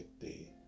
day